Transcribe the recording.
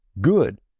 Good